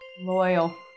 Loyal